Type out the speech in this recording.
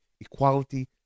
equality